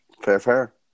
Fair-fair